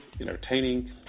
entertaining